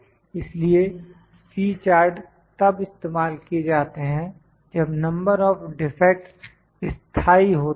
इसलिए C chart तब इस्तेमाल किए जाते हैं जब नंबर ऑफ डिफेक्ट्स स्थाई होती है